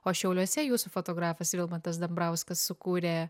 o šiauliuose jūsų fotografas vilmantas dambrauskas sukūrė